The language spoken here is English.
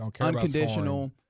unconditional